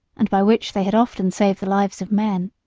and by which they had often saved the lives of men.